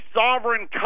sovereign